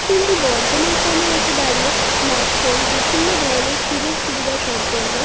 কিন্তু বর্তমান সময়ে এসে দাঁড়িয়ে স্মার্টফোন বিভিন্ন ধরনের সুযোগ সুবিধা সম্পন্ন